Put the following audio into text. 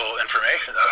information